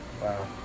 Wow